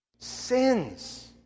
Sins